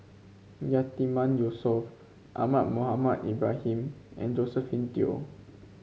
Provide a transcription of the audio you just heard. Yatiman Yusof Ahmad Mohamed Ibrahim and Josephine Teo